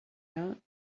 out